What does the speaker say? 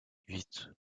huit